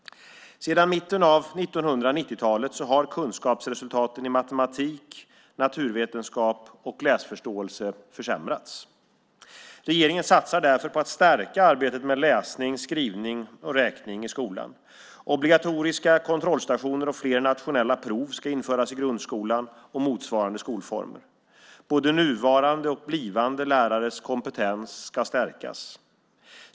Sedan mitten av 1990-talet har kunskapsresultaten i matematik, naturvetenskap och läsförståelse försämrats. Regeringen satsar därför på att stärka arbetet med läsning, skrivning och räkning i skolan. Obligatoriska kontrollstationer och fler nationella prov ska införas i grundskolan och motsvarande skolformer. Både nuvarande och blivande lärares kompetens ska stärkas.